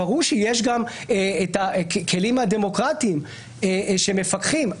ברור שיש גם את הכלים הדמוקרטיים שמפקחים.